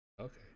Okay